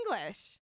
English